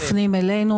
אלינו,